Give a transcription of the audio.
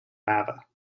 lava